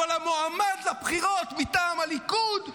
אבל המועמד לבחירות מטעם הליכוד יהיה.